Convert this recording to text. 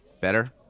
Better